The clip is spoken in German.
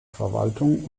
verwaltung